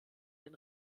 den